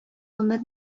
гомер